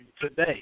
today